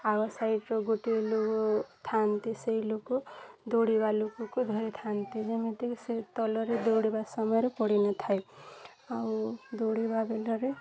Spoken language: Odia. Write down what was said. ଆଗ ସାଇଡ଼୍ର ଗୋଟିଏ ଲୋକ ଥାଆନ୍ତି ସେଇ ଲୋକ ଦୌଡ଼ିବା ଲୋକକୁ ଧରିଥାନ୍ତି ଯେମିତିକି ସେ ତଳରେ ଦୌଡ଼ିବା ସମୟରେ ପଡ଼ିନଥାଏ ଆଉ ଦୌଡ଼ିବା ବେଳରେ